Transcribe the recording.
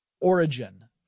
origin